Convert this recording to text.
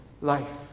life